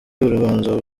urubanza